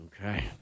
Okay